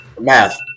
Math